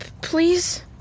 Please